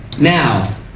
Now